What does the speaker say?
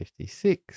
56